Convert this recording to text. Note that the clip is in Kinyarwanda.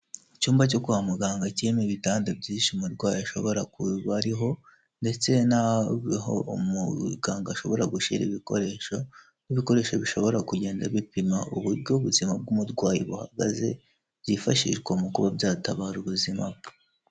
Icyumba cyo kwa muganga kirimo ibitanda byinshi umurwayi ashobora kubariho ndetse n'aho umuganga ashobora gushyira ibikoresho, ibikoresho bishobora kugenda bipima uburyo ubuzima bw'umurwayi buhagaze byifashishwa mu kuba byatabara ubuzima bwe.